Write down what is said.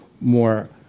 more